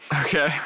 Okay